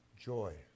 joy